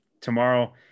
tomorrow